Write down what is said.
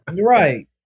Right